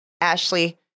Ashley